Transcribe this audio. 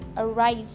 Arise